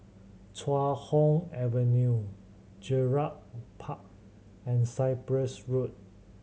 Chuan Hoe Avenue Gerald Park and Cyprus Road